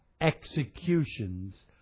executions